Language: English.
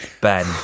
Ben